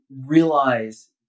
realize